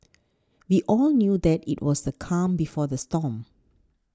we all knew that it was the calm before the storm